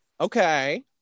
Okay